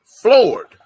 Floored